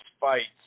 fights